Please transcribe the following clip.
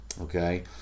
okay